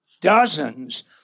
dozens